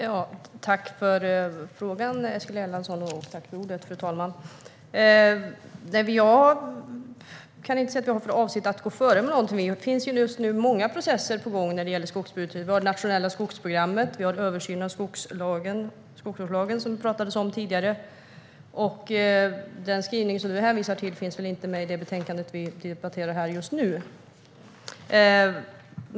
Fru talman! Jag tackar Eskil Erlandsson för frågan. Jag kan inte se att vi skulle ha för avsikt att gå före med någonting. Det är just nu många processer på gång när det gäller skogspolitiken, såsom det nationella skogsprogrammet och en översyn av skogsvårdslagen, som det pratades om tidigare. Den skrivning som Eskil Erlandsson hänvisar till finns inte med i det betänkande som vi debatterar just nu.